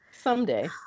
someday